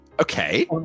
okay